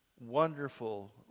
wonderful